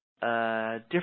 different